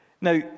Now